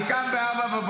אני קם ב-04:00,